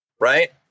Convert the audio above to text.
Right